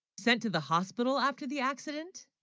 sent to the hospital after the accident